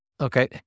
Okay